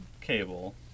cable